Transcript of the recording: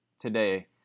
today